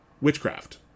witchcraft